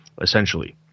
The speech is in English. essentially